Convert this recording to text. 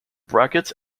brackets